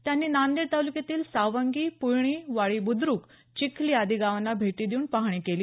त्यांनी नांदेड तालुक्यातील सावंगी पुयणी वाडी बुद्र्क चिखली आदी गावांना भेटी देऊन पाहणी केली